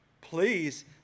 please